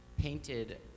painted